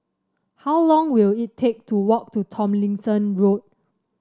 how long will it take to walk to Tomlinson Road